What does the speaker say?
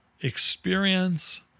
experience